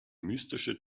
mystische